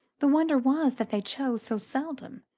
the wonder was that they chose so seldom.